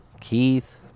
keith